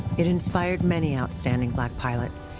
it inspired many outstanding black pilots,